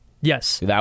Yes